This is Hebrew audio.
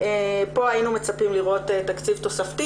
פה היינו מצפים לראות תקציב תוספתי